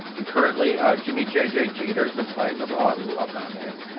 and currently jimmie jj jeter's been playing the role. i love that name.